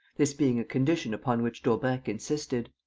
this being a condition upon which daubrecq insisted.